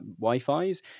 Wi-Fi's